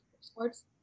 sports